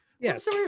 Yes